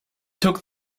took